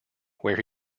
where